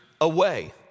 away